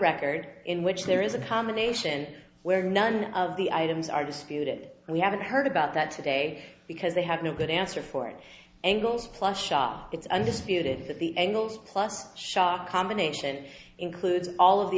record in which there is a combination where none of the items are disputed we haven't heard about that today because they have no good answer for it angles plus scholl it's undisputed that the angles plus shock the nation includes all of the